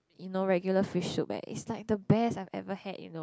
you know regular fish soup eh you know it's like the best I ever had you know